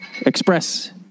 express